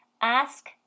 ask